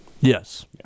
Yes